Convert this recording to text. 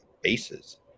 bases